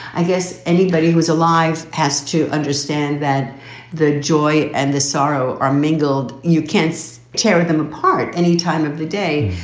i guess anybody who is alive has to understand that the joy and the sorrow are mingled. you can't tear them apart any time of the day.